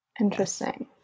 Interesting